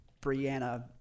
Brianna